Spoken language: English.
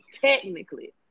Technically